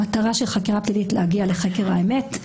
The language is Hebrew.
המטרה של חקירה פלילית היא להגיע לחקר האמת.